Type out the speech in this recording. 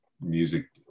music